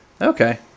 Okay